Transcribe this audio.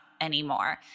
anymore